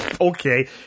okay